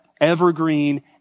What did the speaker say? evergreen